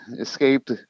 escaped